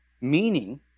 meaning